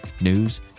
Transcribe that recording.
News